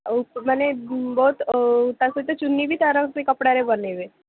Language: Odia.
ଆଉ ମାନେ ବହୁତ ତା ସହିତ ଚୁନି ବି ତାର ସେ କପଡ଼ାରେ ବନାଇବେ